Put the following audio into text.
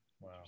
wow